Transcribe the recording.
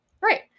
right